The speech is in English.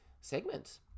segment